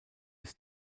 bis